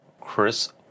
Chris